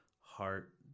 heart